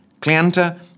Cleanta